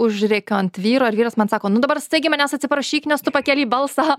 užrėkiu ant vyro ir vyras man sako nu dabar staigiai manęs atsiprašyk nes tu pakėlei balsą